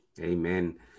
Amen